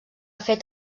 fet